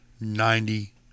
Ninety